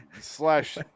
slash